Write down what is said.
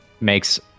makes